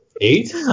Eight